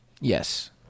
yes